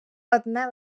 одне